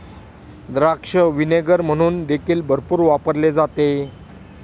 द्राक्ष व्हिनेगर म्हणून देखील भरपूर वापरले जाते